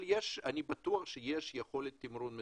אבל אני בטוח שיש יכולת תמרון מסוימת.